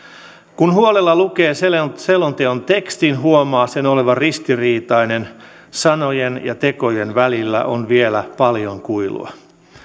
kun huolella lukee selonteon selonteon tekstin huomaa sen olevan ristiriitainen sanojen ja tekojen välillä on vielä paljon kuilua